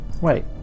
wait